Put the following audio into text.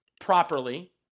properly